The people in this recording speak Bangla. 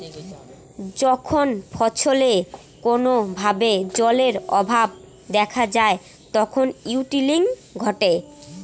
যখন ফছলে কোনো ভাবে জলের অভাব দেখা যায় তখন উইল্টিং ঘটে